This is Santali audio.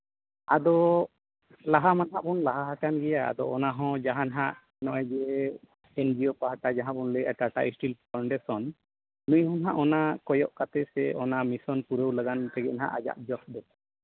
ᱟᱫᱚ ᱞᱟᱦᱟ ᱢᱟ ᱦᱟᱸᱜ ᱵᱚᱱ ᱞᱟᱦᱟ ᱦᱟᱠᱟᱱ ᱜᱮᱭᱟ ᱟᱫᱚ ᱚᱱᱟ ᱦᱚᱸ ᱡᱟᱦᱟᱸᱱ ᱦᱟᱸᱜ ᱱᱚᱜᱼᱚᱸᱭ ᱡᱮ ᱮᱱᱡᱤᱭᱳ ᱯᱟᱦᱴᱟ ᱡᱟᱦᱟᱸ ᱵᱚᱱ ᱞᱟᱹᱭᱮᱜᱼᱟ ᱴᱟᱴᱟ ᱤᱥᱴᱤᱞ ᱯᱷᱟᱣᱩᱱᱰᱮᱥᱚᱱ ᱤᱧ ᱦᱚᱸ ᱦᱟᱸᱜ ᱚᱱᱟ ᱠᱚᱭᱚᱜ ᱠᱟᱛᱮ ᱥᱮ ᱚᱱᱟ ᱢᱤᱥᱚᱱ ᱯᱩᱨᱟᱹᱣ ᱞᱟᱜᱟᱱ ᱛᱮᱜᱮ ᱦᱟᱸᱜ ᱟᱭᱟᱜ ᱡᱚᱥ ᱫᱚ